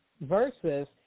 versus